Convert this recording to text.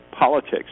politics